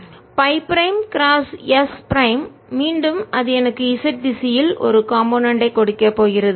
Φஃபை prime cross S prime மீண்டும் அது எனக்கு z திசையில் ஒரு காம்போனன்ட் ஐ கூறு கொடுக்கப் போகிறது